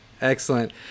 Excellent